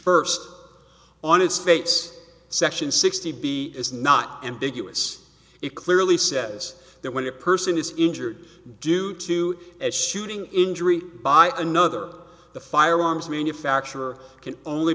first on its face section sixty b is not ambiguous it clearly says that when a person is injured due to a shooting injury by another the firearms manufacturer can only